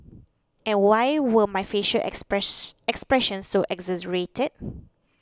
and why were my facial express expressions so exaggerated